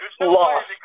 lost